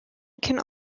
can